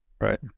Right